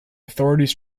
authorities